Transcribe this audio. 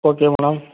okay madam